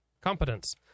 competence